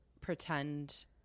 pretend